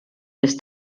ist